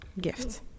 Gift